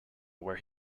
where